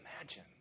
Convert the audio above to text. imagine